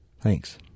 Thanks